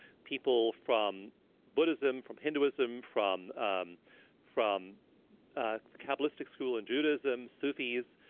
people from buddhism, from hinduism, from um from the kabbalistic school in judaism, sufis.